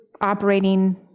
operating